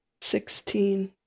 Sixteen